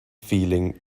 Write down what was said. feeling